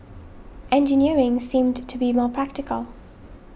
engineering seemed to be more practical